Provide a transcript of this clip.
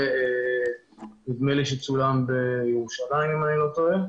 זה נדמה לי שצולם בירושלים אם אני לא טועה.